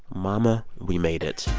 mama, we made it.